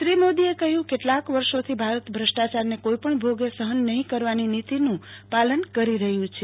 શ્રી મોદીએ કહ્યું કેટલાક વર્ષોથી ભારત ભ્રષ્ટાચારને કોઈપણ ભોગે સહન નહીં કરવાની નીતિનું પાલન કરી રહ્યું છે